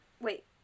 Wait